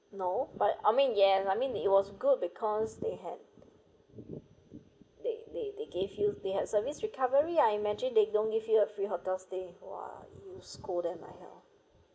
no but I mean yes I mean it was good because they had they they they gave you they had service recovery I imagine they don't give you a free hotel stay !wah! you scold them like hell